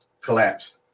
collapsed